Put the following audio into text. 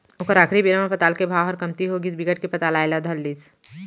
ओखर आखरी बेरा म पताल के भाव ह कमती होगिस बिकट के पताल आए ल धर लिस